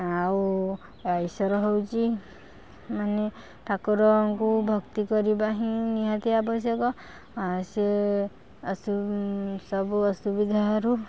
ଆଉ ଈଶ୍ୱର ହଉଛି ମାନେ ଠାକୁରଙ୍କୁ ଭକ୍ତି କରିବା ହିଁ ନିହାତି ଆବଶ୍ୟକ ଆ ସେ ଆସୁ ସବୁ ଅସୁବିଧାରୁ